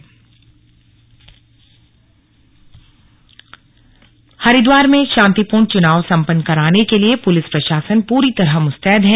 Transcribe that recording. flag march Haridwar में शांतिपूर्ण चुनाव संपन्न कराने के लिए पुलिस प्रशासन पूरी तरह मुस्तैद है